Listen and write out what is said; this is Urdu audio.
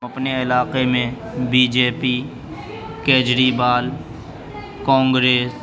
اپنے علاقے میں BJP Kejriwal Congress